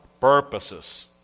purposes